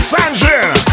Sanjay